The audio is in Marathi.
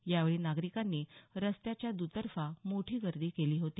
यावेळी नागरिकांनी रस्त्याच्या दुतर्फा मोठी गर्दी केली होती